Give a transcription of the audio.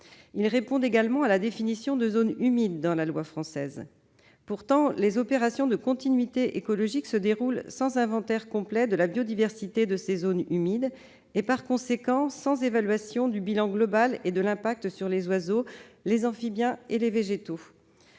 Ils répondent également à la définition des zones humides dans la loi française. Pourtant, les opérations de continuité écologique se déroulent sans inventaire complet de la biodiversité de ces zones humides et, par conséquent, sans évaluation du bilan global et de l'impact sur les oiseaux, les amphibiens et les végétaux.